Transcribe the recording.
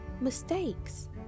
mistakes